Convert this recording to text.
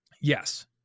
Yes